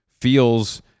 feels